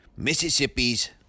Mississippi's